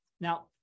Now